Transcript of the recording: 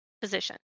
position